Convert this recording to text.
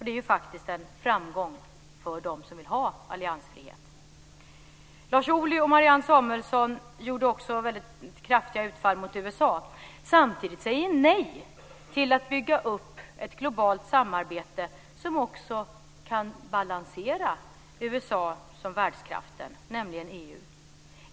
Det är ju faktiskt en framgång för dem som vill ha alliansfrihet. Lars Ohly och Marianne Samuelsson gjorde också väldigt kraftiga utfall mot USA. Samtidigt säger ni nej till att bygga upp ett globalt samarbete som kan balansera USA som världskraft, nämligen EU.